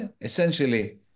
essentially